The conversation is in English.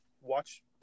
watch